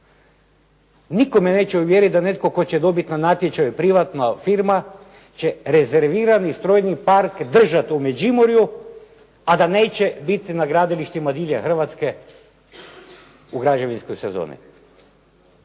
Nitko me neće uvjeriti da netko tko će dobiti na natječaju privatna firma će rezervirani strojni park držati u Međimurju, a da neće biti na gradilištima diljem Hrvatske u građevinskoj sezoni.